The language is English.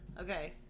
Okay